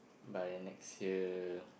by next year